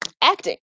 acting